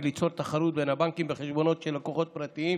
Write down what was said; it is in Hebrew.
וליצור תחרות בין הבנקים בחשבונות של לקוחות פרטיים,